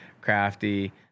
crafty